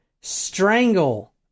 strangle